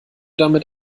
damit